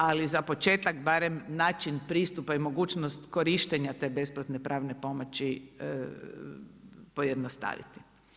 Ali za početak barem način pristupa i mogućnost korištenja te besplatne pravne pomoći pojednostaviti.